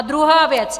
Druhá věc.